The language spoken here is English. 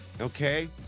okay